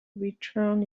return